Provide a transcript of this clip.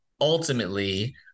ultimately